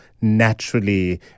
naturally